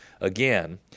Again